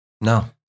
No